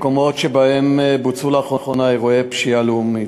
מקומות שבהם בוצעו לאחרונה אירועי פשיעה לאומית,